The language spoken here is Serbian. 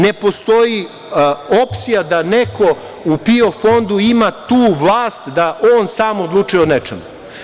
Ne postoji opcija da neko u PIO fondu ima tu vlast da on sam odlučuje o nečemu.